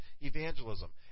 evangelism